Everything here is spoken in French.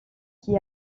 qui